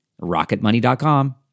RocketMoney.com